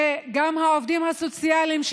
זה גם העובדים הסוציאליים,